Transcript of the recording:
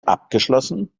abgeschlossen